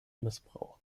missbrauch